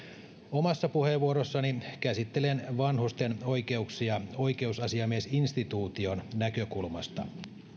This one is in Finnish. omassa puheenvuorossani käsittelen vanhusten oikeuksia oikeusasiamiesinstituution näkökulmasta